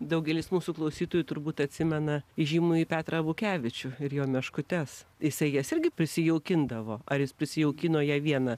daugelis mūsų klausytojų turbūt atsimena įžymųjį petrą abukevičių ir jo meškutes jisai jas irgi prisijaukindavo ar jis prisijaukino ją vieną